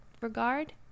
regard